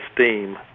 esteem